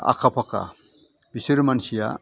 आखा फाखा बिसोर मानसिया